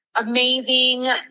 amazing